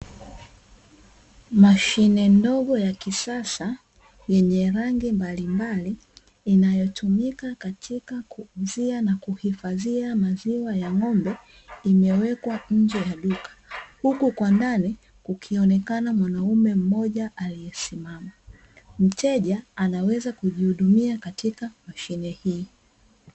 Mashine ndogo ya kisasa yenye rangi mbalimbali inayotumika katika kuuzia na kuhifadhia maziwa ya ng'ombe, imewekwa nje ya duka. Huku kwa ndani kukionekana mwanaume mmoja aliyesimama. Mteja anaweza kujihudumia katika mashine hii.